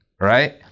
right